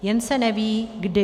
Jen se neví kdy.